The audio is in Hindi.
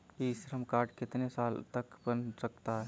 ई श्रम कार्ड कितने साल तक बन सकता है?